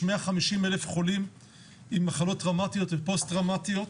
יש 150,000 חולים עם מחלות טראומטיות ופוסט טראומטיות.